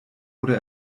oder